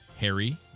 Harry